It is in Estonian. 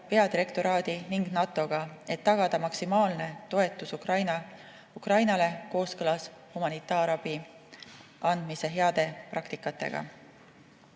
peadirektoraadi ning NATO-ga, et tagada maksimaalne toetus Ukrainale kooskõlas humanitaarabi andmise heade praktikatega.